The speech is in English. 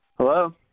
Hello